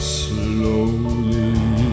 slowly